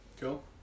Cool